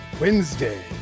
Wednesday